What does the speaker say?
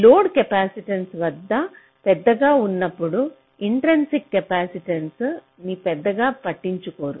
load capacitance పెద్దగా ఉన్నప్పుడు intrinsic capacitance ని పెద్దగా పట్టించుకోరు